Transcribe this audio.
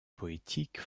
poétique